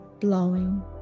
blowing